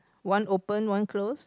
one open one close